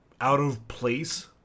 out-of-place